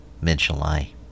mid-July